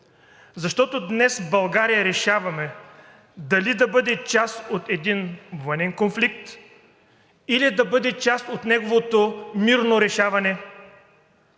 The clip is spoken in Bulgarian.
защото днес България решаваме дали да бъде част от един военен конфликт, или да бъде част от неговото мирно решаване.